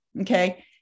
okay